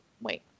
Wait